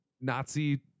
Nazi